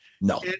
No